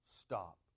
stop